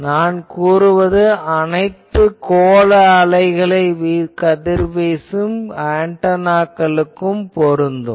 நான் கூறுவது அனைத்து கோள அலைகளுக்கும் பொருந்தும்